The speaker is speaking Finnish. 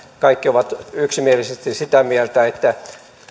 kaikki ovat yksimielisesti sitä mieltä että